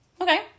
Okay